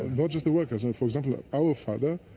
not just the workers, and for example, our father,